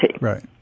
Right